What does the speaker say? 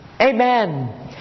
Amen